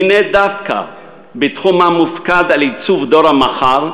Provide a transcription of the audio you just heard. דווקא בתחום המופקד על עיצוב דור המחר,